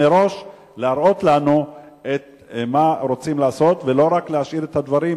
מראש להראות לנו מה רוצים לעשות ולא רק להשאיר את הדברים